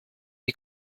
die